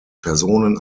personen